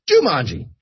jumanji